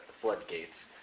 floodgates